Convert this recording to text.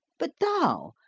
but thou,